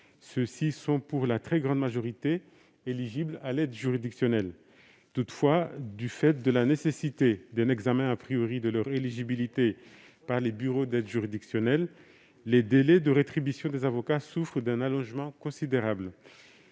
qui sont, dans leur très grande majorité, éligibles à l'aide juridictionnelle (AJ). Toutefois, en raison de la nécessité d'un examen de cette éligibilité par les bureaux d'aide juridictionnelle (BAJ), les délais de rétribution des avocats souffrent d'un allongement considérable.